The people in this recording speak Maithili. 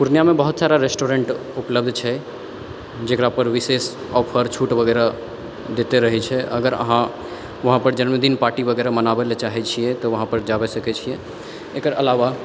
पुर्णियामे बहुत सारा रेस्टोरेन्ट उपलब्ध छै जेकरा पर विशेष ऑफर छुट वगैरह दैते रहै छै अगर अहाँ उहाॅं पर जन्मदिन पार्टी वगैरह मनाओल चाहै छियै तऽ वहाँ पर जा भी सकै छी एकर अलावा